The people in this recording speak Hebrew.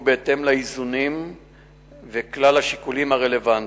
בהתאם לאיזונים וכלל השיקולים הרלוונטיים,